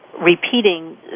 repeating